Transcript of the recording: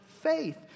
faith